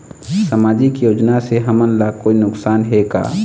सामाजिक योजना से हमन ला कोई नुकसान हे का?